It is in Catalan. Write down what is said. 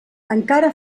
encara